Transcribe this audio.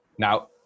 Now